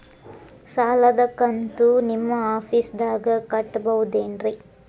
ಸಾಲದ ಕಂತು ನಿಮ್ಮ ಆಫೇಸ್ದಾಗ ಕಟ್ಟಬಹುದೇನ್ರಿ?